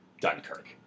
Dunkirk